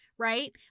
right